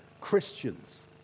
Christians